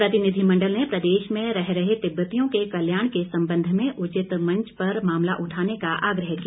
प्रतिनिधिमंडल ने प्रदेश में रह रहे तिब्बतियों के कल्याण के संबंध में उचित मंच पर मामला उठाने का आग्रह किया